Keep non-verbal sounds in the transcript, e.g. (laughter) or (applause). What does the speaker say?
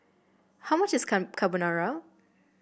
how much is (unintelligible) Carbonara